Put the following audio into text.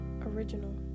original